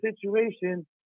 situation